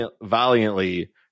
Valiantly